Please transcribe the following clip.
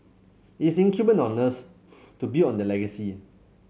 it is incumbent on us to build on their legacy